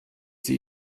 sie